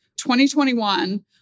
2021